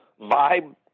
vibe